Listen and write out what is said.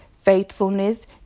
faithfulness